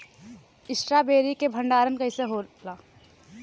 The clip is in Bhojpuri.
स्ट्रॉबेरी के भंडारन कइसे होला?